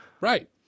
right